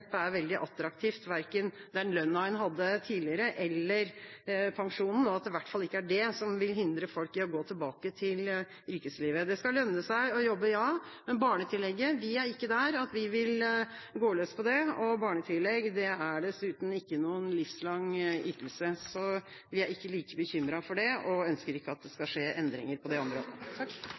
neppe er veldig attraktiv. Det er i hvert fall ikke det som vil hindre folk i å gå tilbake til yrkeslivet. Det skal lønne seg å jobbe, men vi er ikke der at vi vil gå løs på barnetillegget. Barnetillegg er dessuten ikke noen livslang ytelse, så vi er ikke like bekymret for det og ønsker ikke at det skal skje endringer på det området.